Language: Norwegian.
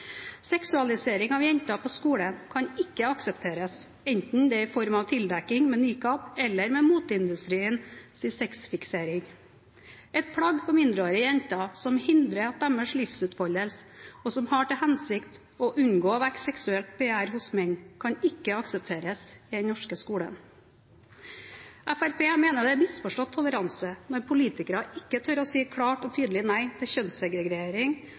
Seksualisering av jenter på skolen kan ikke aksepteres, enten det er i form av tildekking med nikab eller med moteindustriens sexfiksering. Et plagg på mindreårige jenter som hindrer deres livsutfoldelse, og som har som hensikt å unngå å vekke seksuelt begjær hos menn, kan ikke aksepteres i den norske skolen. Fremskrittspartiet mener det er misforstått toleranse når politikere ikke tør å si klart og tydelig nei til